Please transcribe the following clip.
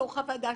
בתוך הוועדה.